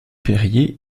perrier